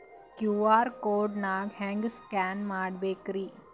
QR code ನಾ ಹೆಂಗ scan ಮಾಡಬೇಕ್ರಿ?